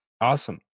Awesome